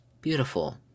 beautiful